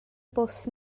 bws